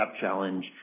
challenge